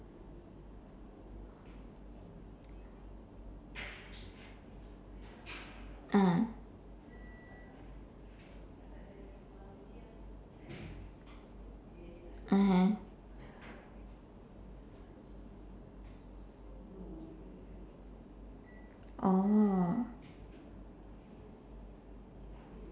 ah (uh huh) oh